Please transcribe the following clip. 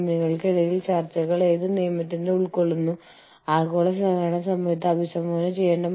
നമ്മൾ അന്തർദേശീയതയിലേക്ക് പോകുമ്പോൾ ഒരു രാജ്യത്ത് നമ്മൾ ഒരു കാര്യം ചെയ്യുന്നു